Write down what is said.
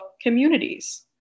communities